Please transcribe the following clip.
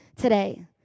today